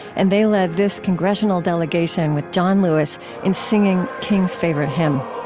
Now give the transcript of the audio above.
and they led this congressional delegation with john lewis in singing king's favorite hymn